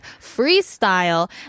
freestyle